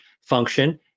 function